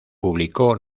publicó